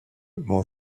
mon